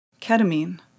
Ketamine